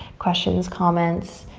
questions, comments,